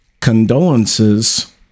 Condolences